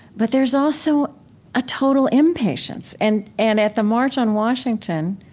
but there's also a total impatience and and at the march on washington,